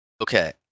Okay